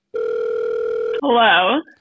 Hello